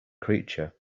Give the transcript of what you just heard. creature